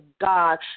God